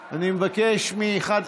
נכנס.